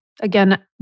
again